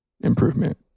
improvement